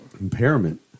impairment